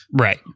Right